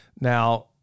Now